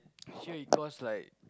sure it costs like